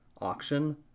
auction